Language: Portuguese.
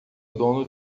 dono